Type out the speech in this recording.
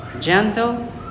gentle